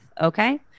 Okay